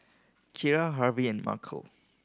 Kira Harvie and Markell